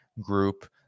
group